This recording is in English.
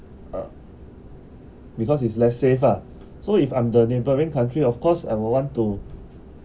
uh because it's less safe ah so if I'm the neighbouring country of course I will want to